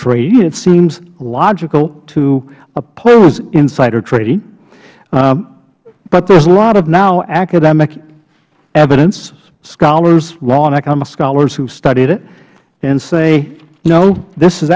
trading it seems logical to oppose insider trading but there's a lot of now academic evidence scholars law and economic scholars who have studied it and say no this is